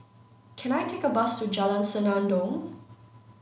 can I take a bus to Jalan Senandong